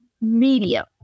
media